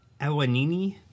Awanini